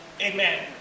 Amen